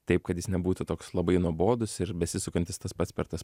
taip kad jis nebūtų toks labai nuobodus ir besisukantis tas pats per tas